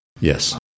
Yes